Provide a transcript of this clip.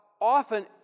often